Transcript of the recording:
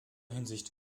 hinsicht